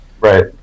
Right